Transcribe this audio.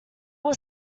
will